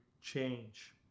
change